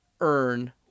earn